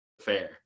fair